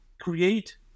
create